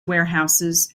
warehouses